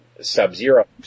Sub-Zero